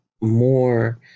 more